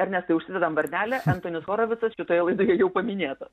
ernestai užsidedam varnelę entonis horovicas šitoje laidoje jau paminėtas